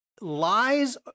Lies